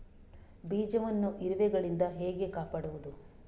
ಬೀಜವನ್ನು ಇರುವೆಗಳಿಂದ ಹೇಗೆ ಕಾಪಾಡುವುದು?